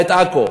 את עכו,